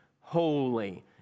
holy